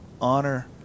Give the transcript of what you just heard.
honor